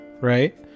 right